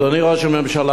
אדוני ראש הממשלה,